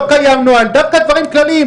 לא קיים נוהל דווקא דברים כלליים,